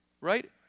Right